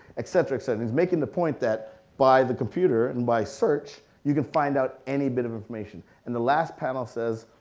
et cetera, et cetera. and he's making the point that by the computer and by search, you can find out any bit of information. and the last panel says,